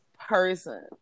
person